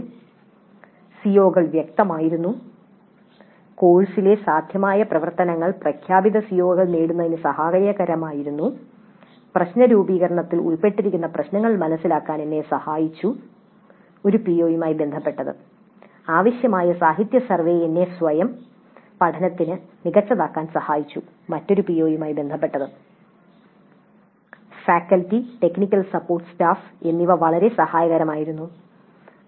"സിഒകൾ വ്യക്തമായിരുന്നു" "കോഴ്സിലെ സാധ്യമായ പ്രവർത്തനങ്ങൾ പ്രഖ്യാപിത സിഒകൾ നേടുന്നതിന് സഹായകരമായിരുന്നു" "പ്രശ്ന രൂപീകരണത്തിൽ ഉൾപ്പെട്ടിരിക്കുന്ന പ്രശ്നങ്ങൾ മനസിലാക്കാൻ എന്നെ സഹായിച്ചു" ഒരു പിഒയുമായി ബന്ധപ്പെട്ടത് "ആവശ്യമായ സാഹിത്യ സർവേ എന്നെ സ്വയം പഠനത്തിൽ മികച്ചതാക്കാൻ സഹായിച്ചു" മറ്റൊരു പിഒയുമായി ബന്ധപ്പെട്ടത് PO 12 "faculty technical support staff എന്നിവ വളരെ സഹായകരമായിരുന്നു"